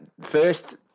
first